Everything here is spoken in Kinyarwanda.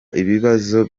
ibibazo